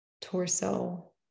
torso